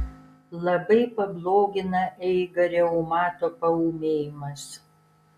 labai pablogina eigą reumato paūmėjimas